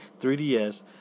3DS